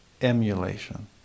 emulation